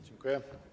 Dziękuję.